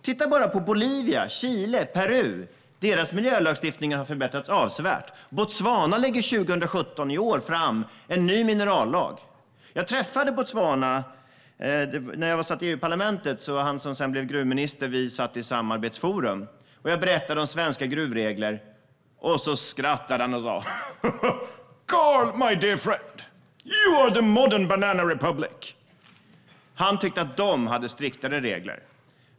Man kan titta på Bolivia, Chile och Peru. Deras miljölagstiftningar har förbättrats avsevärt. Botswana lägger i år fram en ny minerallag. När jag satt i Europaparlamentet träffade jag den som sedan blev gruvminister. Vi satt i ett samarbetsforum. Jag berättade om svenska gruvregler. Han skrattade och sa: Carl, my dear friend, you are the modern banana republic. Han tyckte att de hade striktare regler.